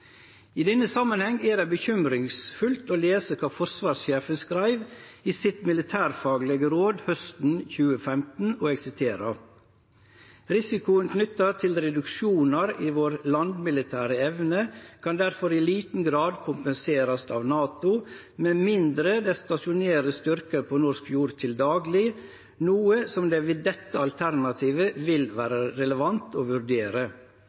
I denne samanhengen er det bekymringsfullt å lese kva forsvarssjefen skreiv i sitt militærfaglege råd hausten 2015: «Risikoen knyttet til reduksjoner i vår landmilitære evne kan derfor i liten grad kompenseres av NATO, med mindre det stasjoneres styrker på norsk jord til daglig, noe som det ved dette alternativet vil være relevant å vurdere.